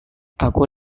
aku